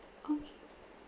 okay